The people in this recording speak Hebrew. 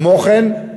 כמו כן,